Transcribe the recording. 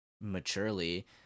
maturely